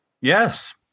Yes